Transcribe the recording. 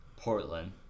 Portland